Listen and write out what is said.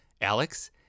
Alex